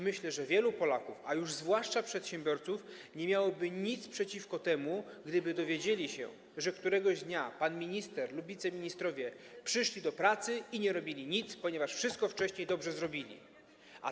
Myślę, że wielu Polaków, a już zwłaszcza przedsiębiorców nie miałoby nic przeciwko temu, gdyby dowiedzieli się, że któregoś dnia pan minister lub wiceministrowie przyszli do pracy i nic nie robili, ponieważ wcześniej wszystko zrobili dobrze.